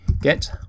Get